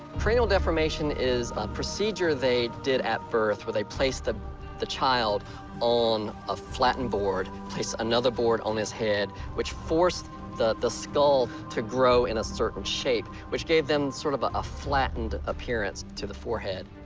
cranial deformation is a procedure they did at birth where they placed the the child on a flattened board, placed another board on his head, which forced the the skull to grow in a certain shape, which gave them sort of a a flattened appearance to the forehead.